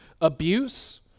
abuse